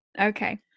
Okay